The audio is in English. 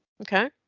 okay